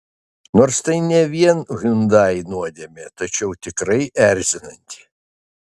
nors tai ne vien hyundai nuodėmė tačiau tikrai erzinanti